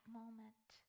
moment